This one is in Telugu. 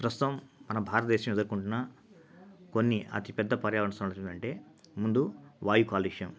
ప్రస్తుతం మన భారతదేశం ఎదుర్కొంటున్న కొన్ని అతిపెద్ద పర్యావరణ సమస్యలు ఏంటంటే ముందు వాయు కాలుష్యం